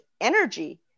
energy